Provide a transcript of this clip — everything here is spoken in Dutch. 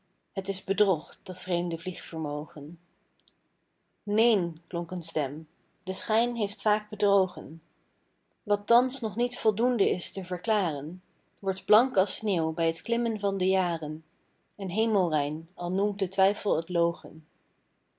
het is bedrog dat vreemde vliegvermogen neen klonk een stem de schijn heeft vaak bedrogen wat thans nog niet voldoende is te verklaren wordt blank als sneeuw bij t klimmen van de jaren en hemelrein al noemt de twijfel t logen